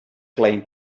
claim